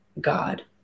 God